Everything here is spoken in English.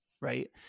right